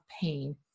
pain